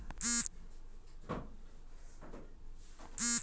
dividend yield share पिछला साल के लाभांश के मापत बाटे